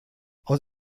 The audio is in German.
aus